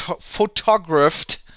photographed